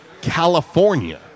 California